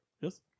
Yes